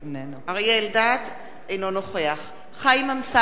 אינו נוכח חיים אמסלם,